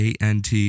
ant